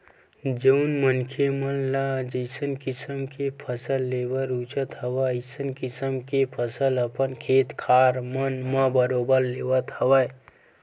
जउन मनखे मन ल जइसन किसम के फसल लेबर रुचत हवय अइसन किसम के फसल अपन खेत खार मन म बरोबर लेवत हवय